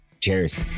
Cheers